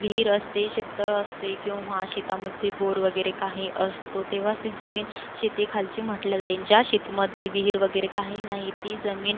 विहीर असते शेततळं असते किंवा शेतामध्ये बोर वगैरे काही असतो तेव्हाच ते जमीन शेतीखालची म्हटली जाईल ज्या शेतीमध्ये विहीर वगैरे काही नाही ती जमीन